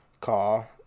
car